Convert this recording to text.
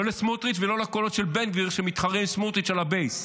לא לסמוטריץ' ולא לקולות של בן גביר שמתחרה עם סמוטריץ' על הבייס.